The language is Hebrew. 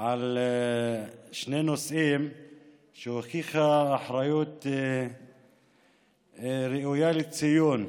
על שני נושאים שהיא הוכיחה אחריות ראויה לציון בשניהם: